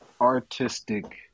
artistic